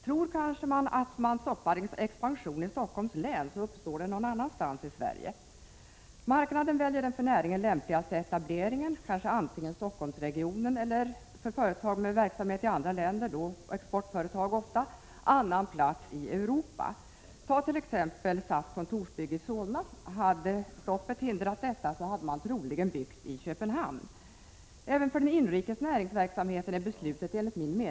Tror kanske regeringen att expansionen uppstår någon annanstans i Sverige, om man stoppar den i Stockholms län? Marknaden väljer den för näringen lämpligaste etableringen, antingen kanske Stockholmsregionen eller också — för företag med verksamhet i andra länder, ofta exportföretag — annan plats i Europa. SAS kontorsbygge i Solna. Hade stoppet hindrat detta, hade man troligen byggt i Köpenhamn. Även för den inrikes näringsverksamheten är beslutet negativt.